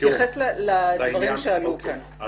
תתייחס לדברים שעלו כאן,